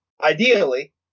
ideally